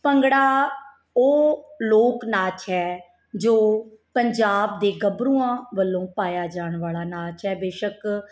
ਭੰਗੜਾ ਉਹ ਲੋਕ ਨਾਚ ਹੈ ਜੋ ਪੰਜਾਬ ਦੇ ਗੱਭਰੂਆਂ ਵੱਲੋਂ ਪਾਇਆ ਜਾਣ ਵਾਲਾ ਨਾਚ ਹੈ ਬੇਸ਼ੱਕ